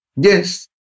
Yes